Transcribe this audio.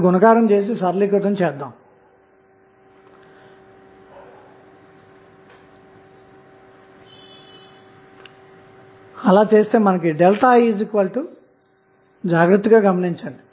అయితే పరిష్కారం కొరకు మీకు ఒక క్లూ ఇస్తాను